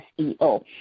SEO